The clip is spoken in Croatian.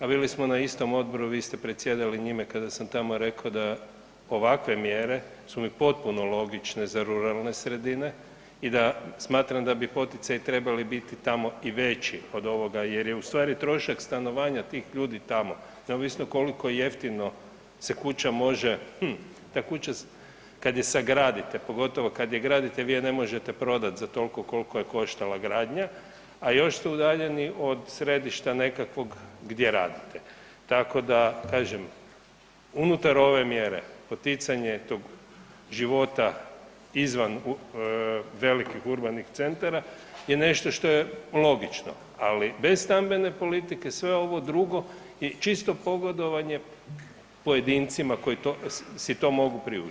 A bili smo na istom odboru, vi ste predsjedali njime kada sam tamo rekao da ovakve mjere su mi potpuno logične za ruralne sredine i da smatram da bi poticaji trebali biti tamo i veći od ovoga jer je u stvari trošak stanovanja tih ljudi tamo, neovisno koliko jeftino se kuća može, ta kuća kad je sagradite, pogotovo kad je gradite, vi je ne možete prodat za tolko kolko je koštala gradnja, a još ste udaljeni od središta nekakvog gdje radite, tako da kažem, unutar ove mjere poticanje tog života izvan velikih urbanih centara je nešto što je logično, ali bez stambene politike sve ovo drugo je čisto pogodovanje pojedincima koji si to mogu priuštiti.